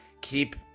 keep